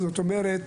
כלומר,